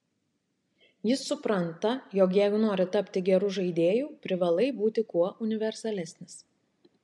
jis supranta jog jeigu nori tapti geru žaidėju privalai būti kuo universalesnis